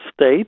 state